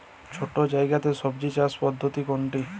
ছোট্ট জায়গাতে সবজি চাষের পদ্ধতিটি কী?